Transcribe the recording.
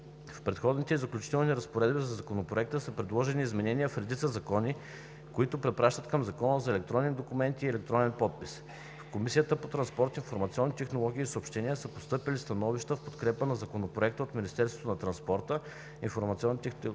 В „Преходните и заключителните разпоредби“ на Законопроекта са предложени изменения в редица закони, които препращат към Закона за електронния документ и електронния подпис. В Комисията по транспорт, информационни технологии и съобщения са постъпили становища в подкрепа на Законопроекта от Министерството на транспорта, информационните технологии и съобщенията,